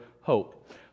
hope